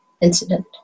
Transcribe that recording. incident